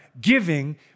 giving